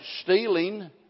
stealing